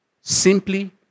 simply